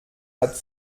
hat